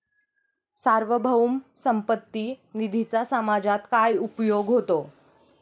सार्वभौम संपत्ती निधीचा समाजात काय उपयोग होतो?